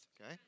okay